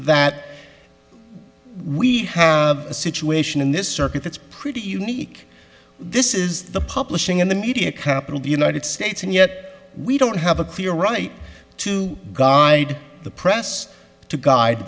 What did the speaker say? that we have a situation in this circuit that's pretty unique this is the publishing in the media capital the united states and yet we don't have a clear right to guide the press to gu